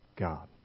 God